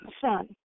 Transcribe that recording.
son